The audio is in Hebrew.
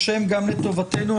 בחוק יש